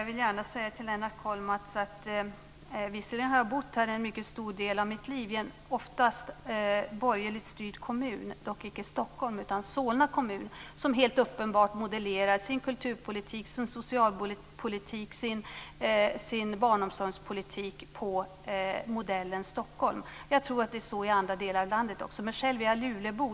Fru talman! Visserligen har jag bott här en mycket stor del av mitt liv, Lennart Kollmats, i en oftast borgerligt styrd kommun - dock icke Stockholm utan Solna kommun, som helt uppenbart modellerar sin kulturpolitik, sin socialpolitik och sin barnomsorgspolitik efter Stockholms modell. Jag tror att det är så också i andra delar av landet. Själv är jag dock lulebo.